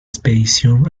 expedición